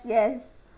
yes